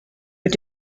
mit